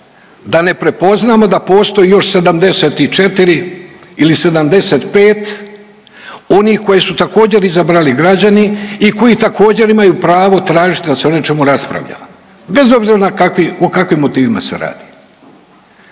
da ne prepoznamo da postoji još 74 ili 75 onih koji su također izabrali građani i koji također imaju pravo tražiti da se o nečemu raspravlja, bez obzira o kakvim motivima se radi.